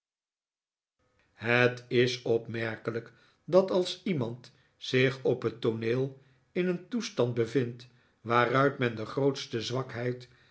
het is opmerkelijk dat als iemand zich op het tooneel in een toestand bevindt waaruit men de grootste zwakheid